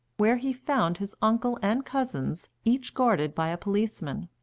where he found his uncle and cousins, each guarded by a policeman.